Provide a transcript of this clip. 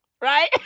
right